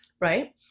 right